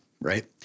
right